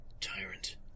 Tyrant